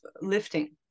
lifting